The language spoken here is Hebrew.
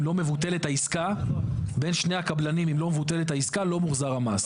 אם לא מבוטלת העסקה לא מוחזר המס.